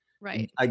Right